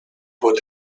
would